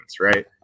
right